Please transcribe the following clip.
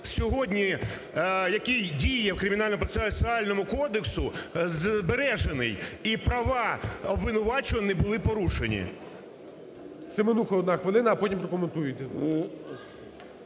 сьогодні, який діє в Кримінально-процесуальному кодексі збережений, і права обвинувачених не були порушені. ГОЛОВУЮЧИЙ. Семенуха, одна хвилина, а потім прокоментуєте.